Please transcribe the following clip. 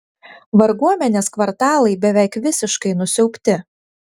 varguomenės kvartalai beveik visiškai nusiaubti